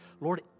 Lord